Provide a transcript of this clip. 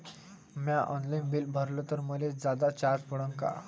म्या online bill भरलं तर मले जादा चार्ज पडन का?